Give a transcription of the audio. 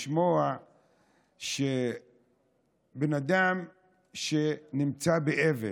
לשמוע שבן אדם שנמצא באבל,